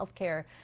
Healthcare